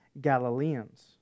Galileans